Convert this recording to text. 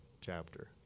chapter